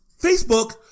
Facebook